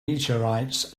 meteorites